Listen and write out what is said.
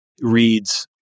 reads